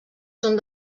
són